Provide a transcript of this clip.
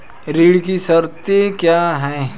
ऋण की शर्तें क्या हैं?